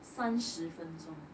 三十分钟